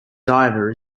diver